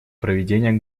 проведения